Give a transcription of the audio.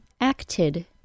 acted